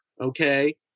okay